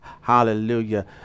hallelujah